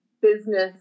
business